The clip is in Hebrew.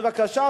בבקשה,